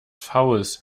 fouls